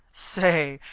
say,